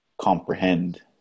comprehend